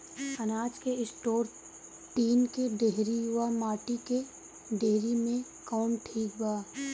अनाज के store tin के डेहरी व माटी के डेहरी मे कवन ठीक बा?